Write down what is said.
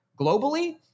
globally